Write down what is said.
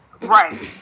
Right